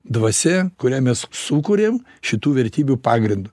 dvasia kurią mes sukuriam šitų vertybių pagrindu